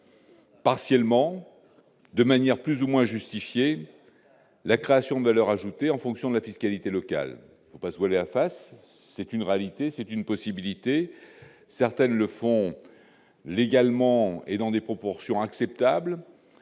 Partiellement de manière plus ou moins justifiées, la création de valeur ajoutée en fonction de la fiscalité locale, faut pas voiler face, c'est une réalité, c'est une possibilité, certaines le font légalement et dans des proportions acceptables